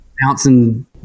bouncing